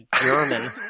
German